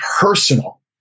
personal